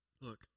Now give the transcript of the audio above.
Look